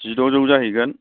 जिद'जौ जाहैगोन